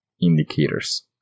indicators